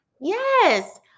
Yes